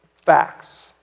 facts